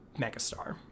megastar